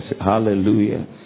Hallelujah